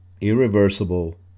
irreversible